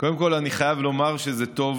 קודם כול אני חייב לומר שטוב